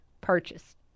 purchased